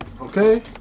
Okay